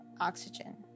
oxygen